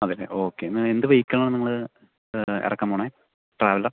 അതെയല്ലേ ഓക്കെ എന്നാൽ എന്ത് വെഹിക്കിളാണ് നിങ്ങൾ ഇറക്കാൻ പോകണത് ട്രാവെല്ലറാണോ